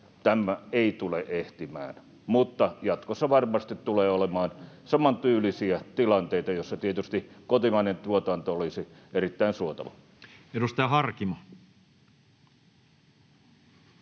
tämä ei tule ehtimään, mutta jatkossa varmasti tulee olemaan samantyylisiä tilanteita, joissa tietysti kotimainen tuotanto olisi erittäin suotavaa. Edustaja Harkimo.